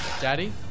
Daddy